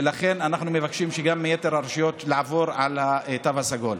ולכן אנחנו מבקשים שגם יתר הרשויות יעברו לתו הסגול.